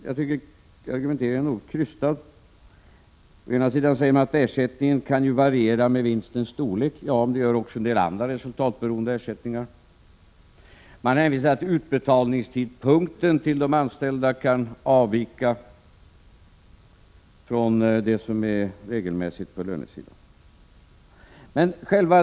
Jag tycker att argumenteringen är litet krystad. Man säger t.ex. att ersättningarna kan 2 variera med vinstens storlek. Ja, men det gör även en del andra resultatberoende ersättningar. Man hänvisar till att tidpunkten för utbetalning till de anställda kan avvika från den på lönesidan regelmässiga.